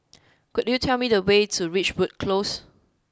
could you tell me the way to Ridgewood Close